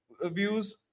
views